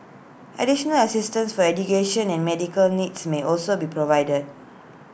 additional assistance for education and medical needs may also be provided